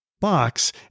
box